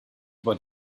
what